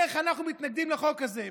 איך אנחנו מתנגדים לחוק הזה.